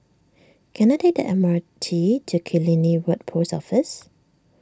can I take the M R T to Killiney Road Post Office